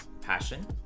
passion